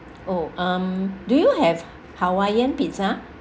oh um do you have hawaiian pizza